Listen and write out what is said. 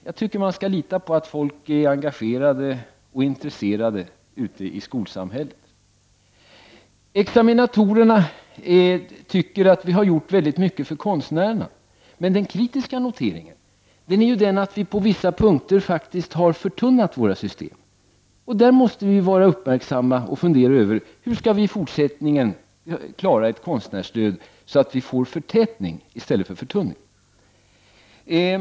Jag tycker att vi skall lita på att folk ute i skolsamhället är engagerade och intresserade. Examinatorerna tycker att vi har gjort väldigt mycket för konstnärerna. Men den kritiska noteringen är att vi på vissa punkter faktiskt har förtunnat våra system. Där måste vi vara uppmärksamma och fundera över hur vi i fortsättningen skall klara ett konstnärsstöd så att vi får förtätning i stället för förtunning.